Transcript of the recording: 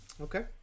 Okay